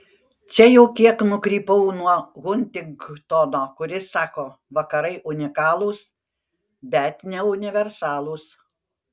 čia jau kiek nukrypau nuo huntingtono kuris sako vakarai unikalūs bet ne universalūs